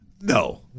No